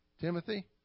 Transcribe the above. Timothy